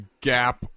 gap